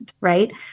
right